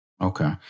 Okay